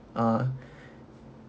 ah